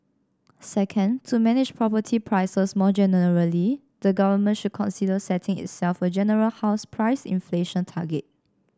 second to manage property prices more generally the government should consider setting itself a general house price inflation target